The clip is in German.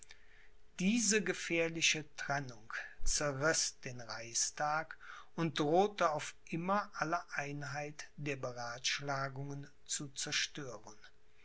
diese gefährliche trennung zerriß den reichstag und drohte auf immer alle einheit der beratschlagungen zu zerstören